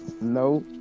No